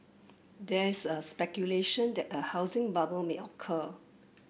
there is a speculation that a housing bubble may occur